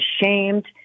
ashamed